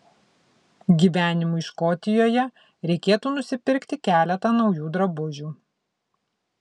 gyvenimui škotijoje reikėtų nusipirkti keletą naujų drabužių